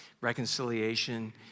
Reconciliation